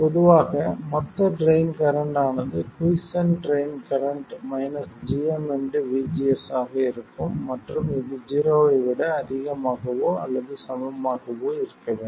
பொதுவாக மொத்த drain current ஆனது quiescent drain current gm vGS ஆக இருக்கும் மற்றும் இது ஜீரோவை விட அதிகமாகவோ அல்லது சமமாகவோ இருக்க வேண்டும்